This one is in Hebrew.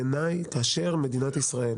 בעיני כאשר מדינת ישראל